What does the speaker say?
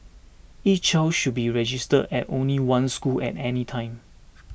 each child should be registered at only one school at any time